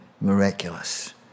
miraculous